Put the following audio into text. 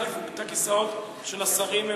החליפו את הכיסאות של השרים.